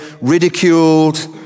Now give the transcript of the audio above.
ridiculed